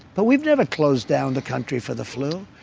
but we've never closed down the country for the flu.